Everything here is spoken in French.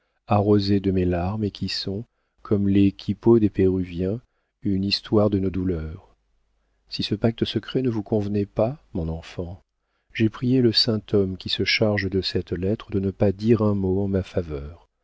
arrosées de mes larmes et qui sont comme les quipos des péruviens une histoire de nos douleurs si ce pacte secret ne vous convenait pas mon enfant j'ai prié le saint homme qui se charge de cette lettre de ne pas dire un mot en ma faveur